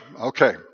okay